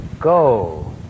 go